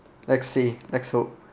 let's see let's hope